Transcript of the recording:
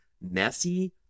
messy